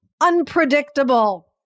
unpredictable